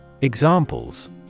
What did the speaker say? Examples